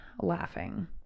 laughing